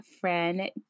friend